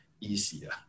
easier